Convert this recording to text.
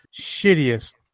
shittiest